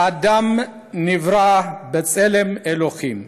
האדם נברא בצלם אלוהים,